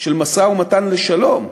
של משא-ומתן לשלום,